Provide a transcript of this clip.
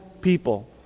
people